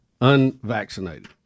Unvaccinated